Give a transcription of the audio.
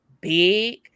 big